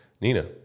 Nina